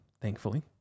thankfully